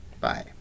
bye